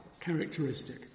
characteristic